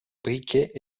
briquet